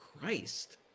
Christ